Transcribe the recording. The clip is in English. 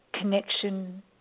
connection